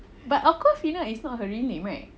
but awkwafina is not her real name right